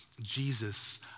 Jesus